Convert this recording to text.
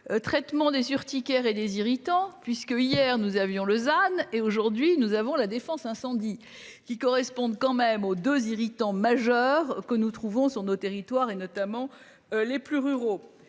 Traitement des urticaire et des irritants, puisqu'hier nous avions Lausanne et aujourd'hui nous avons la défense incendie qui correspondent quand même aux 2 irritant majeur que nous trouvons sur nos territoires et notamment les plus ruraux